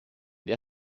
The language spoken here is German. der